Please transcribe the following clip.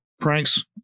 pranks